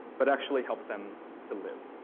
but actually help them to live.